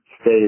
stay